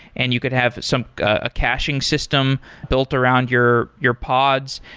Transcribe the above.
and you could have some ah caching system built around your your pods.